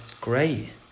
great